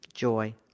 joy